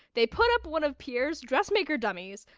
they put up one of pierre's dressmaker dummies,